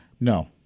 no